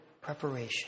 preparation